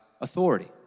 authority